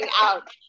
out